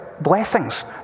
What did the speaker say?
blessings